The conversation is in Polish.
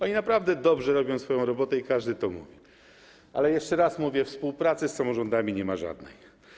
Oni naprawdę dobrze robią swoją robotę i każdy to mówi, ale jeszcze raz mówię: współpracy z samorządami nie ma żadnej.